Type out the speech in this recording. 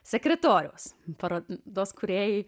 sekretoriaus parodos kūrėjai